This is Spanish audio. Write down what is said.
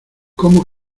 cómo